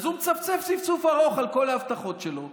אז הוא מצפצף צפצוף ארוך על כל ההבטחות שלו,